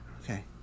okay